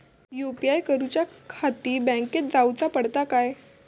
UPI करूच्याखाती बँकेत जाऊचा पडता काय?